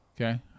Okay